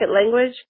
language